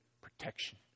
protection